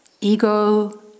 Ego